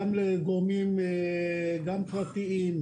גם לגורמים פרטיים,